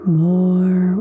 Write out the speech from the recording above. more